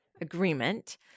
agreement